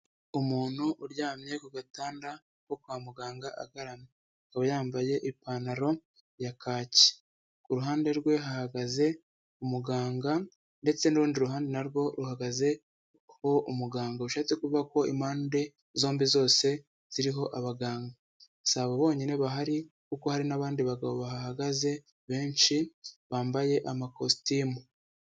Umuntu uryamye ku gatanda ko kwa muganga agaramye, akaba yambaye ipantaro ya kaki, k’uruhande rwe hahagaze umuganga ndetse n'urundi ruhande narwo ruhagazeho umuganga, bishatse kuvuga ko impande zombi zose ziriho abaganga. Sibo bonyine bahari kuko hari n'abandi bagabo bahagaze benshi bambaye amakositimu.